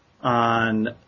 on